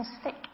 stick